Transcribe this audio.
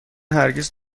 هرگز